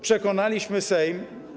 Przekonaliśmy Sejm.